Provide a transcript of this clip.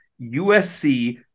USC